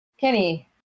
Kenny